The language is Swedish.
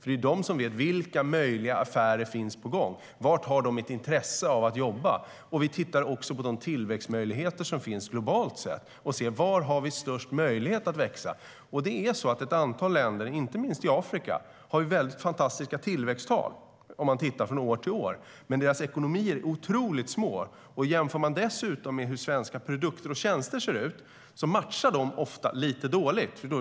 Det är de som vet vilka möjliga affärer som finns på gång. Var har de intresse av att jobba? Vi tittar också på de tillväxtmöjligheter som finns globalt sett. Var har vi störst möjlighet att växa? Ett antal länder, inte minst i Afrika, har fantastiska tillväxttal om man tittar från år till år. Men deras ekonomier är otroligt små. Om man dessutom jämför med hur svenska produkter och tjänster ser ut märker man att de ofta matchar lite dåligt.